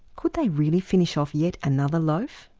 could they really finish off yet another loaf?